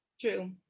True